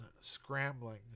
scrambling